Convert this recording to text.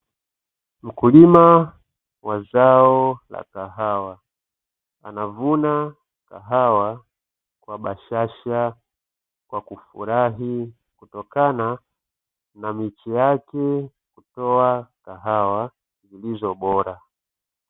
Mkulima wa zao la kahawa anavuna kahawa kwa bashasha, kwa kufurahi kutokana na miche yake kutoa kahawa zilizo bora.